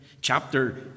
Chapter